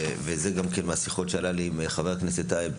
וזה גם מהשיחות שעלו לי עם חבר הכנסת טייב,